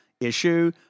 issue